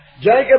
Jacob